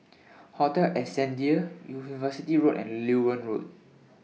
Hotel Ascendere University Road and Loewen Road